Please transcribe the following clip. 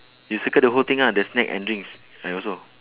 you circle the whole thing ah the snack and drinks I also